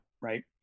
right